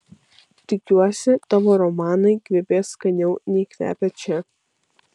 tikiuosi tavo romanai kvepės skaniau nei kvepia čia